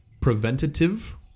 preventative